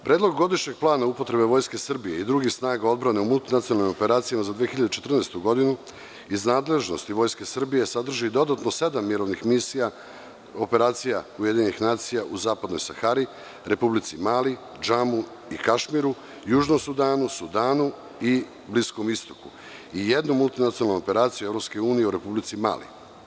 Predlog godišnjeg plana upotrebe Vojske Srbije i drugih snaga odbrane u multinacionalnim operacijama za 2014. godinu iz nadležnosti Vojske Srbije sadrži dodatno sedam mirovnih misija, operacija UN u zapadnoj Sahari, Republici Mali, Džamu i Kašmiru, južnom Sudanu, Sudanu i Bliskom Istoku i jednu multinacionalnu operaciju EU u Republici Maliji.